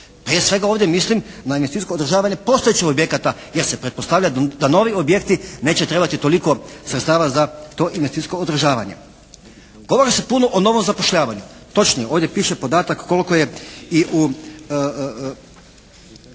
Prije svega ovdje mislim na investicijsko održavanje postojećih objekata jer se pretpostavlja da novi objekti neće trebati toliko sredstava za to investicijsko održavanje. Govori se puno o novom zapošljavanju. Točnije, ovdje piše podatak koliko je i u,